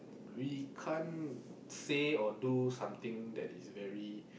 we can't say or do something that is very